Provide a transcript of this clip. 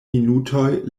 minutoj